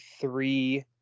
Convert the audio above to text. three